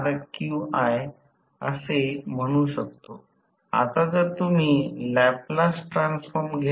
आता S Smax 2 देखील जर असे केले तर S ते r2 x 2 होईल